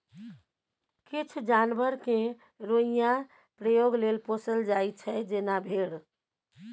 किछ जानबर केँ रोइयाँ प्रयोग लेल पोसल जाइ छै जेना भेड़